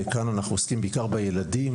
וכאן אנחנו עוסקים בעיקר בילדים,